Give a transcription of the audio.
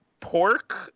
pork